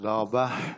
תודה רבה.